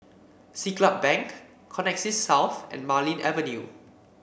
Siglap Bank Connexis South and Marlene Avenue